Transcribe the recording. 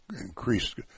increased